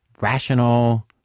rational